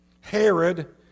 Herod